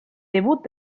debut